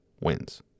wins